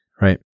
right